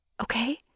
okay